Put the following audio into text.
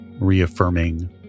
reaffirming